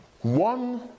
One